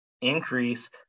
increase